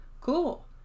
cool